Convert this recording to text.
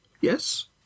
Yes